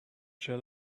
shall